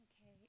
Okay